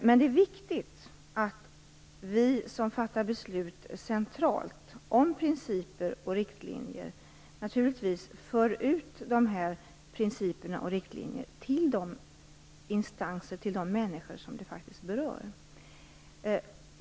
Men det är naturligtvis viktigt att vi som fattar beslut centralt om principer och riktlinjer också för ut dessa principer och riktlinjer till de instanser och människor som de faktiskt berör.